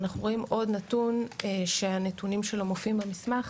ואנחנו רואים עוד נתון שהנתונים שלו מופיעים במסמך,